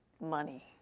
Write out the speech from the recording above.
money